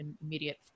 immediate